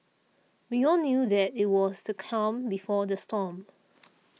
we all knew that it was the calm before the storm